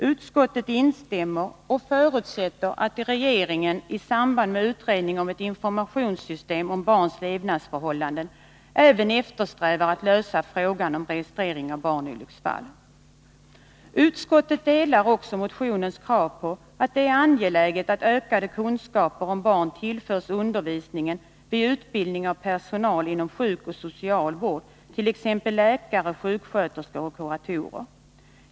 Utskottet instämmer och förutsätter att regeringen i samband med utredning om ett informationssystem om barns levnadsförhållanden även eftersträvar att lösa frågan om registrering av barnolycksfall. Utskottet ställer sig också bakom motionskravet att det är angeläget att ökade kunskaper om barn tillförs undervisningen vid utbildning av personal inom sjukoch socialvård, t.ex. läkare, sjuksköterskor och kuratorer.